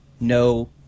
no